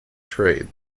trade